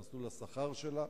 את מסלול השכר שלה,